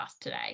today